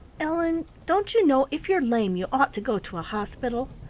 ellen, don't you know, if you're lame you ought to go to a hospital?